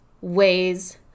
ways